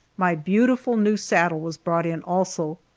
my beautiful new saddle was brought in, also,